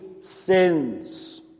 sins